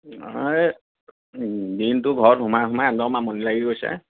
এই দিনটো ঘৰত সোমাই সোমাই একদম আমনি লাগি গৈছে